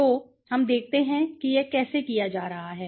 तो हम देखते हैं कि यह कैसे किया जा रहा है